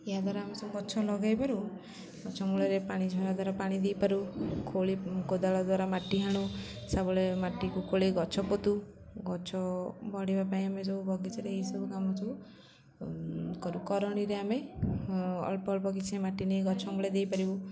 ଏହାଦ୍ୱାରା ଆମେ ସବୁ ଗଛ ଲଗାଇପାରୁ ଗଛ ମୂଳରେ ପାଣି ଦ୍ୱାରା ପାଣି ଦେଇପାରୁ ଖୋଳି କୋଦାଳ ଦ୍ୱାରା ମାଟି ହାଣୁ ସାବଳେ ମାଟିକୁ ଖୋଳି ଗଛ ପୋତୁ ଗଛ ବଢ଼ିବା ପାଇଁ ଆମେ ସବୁ ବଗିଚାରେ ଏହିସବୁ କାମ ସବୁ କରୁ କରଣୀରେ ଆମେ ଅଳ୍ପ ଅଳ୍ପ କିଛି ମାଟି ନେଇ ଗଛ ମୂଳେ ଦେଇପାରିବୁ